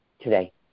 today